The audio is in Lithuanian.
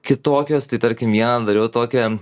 kitokios tai tarkim vieną dariau tokią